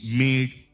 made